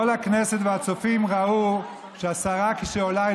כל הכנסת והצופים ראו שכשהשרה עולה,